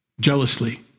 Jealously